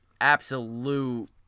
absolute